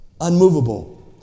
unmovable